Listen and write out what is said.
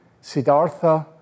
Siddhartha